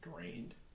drained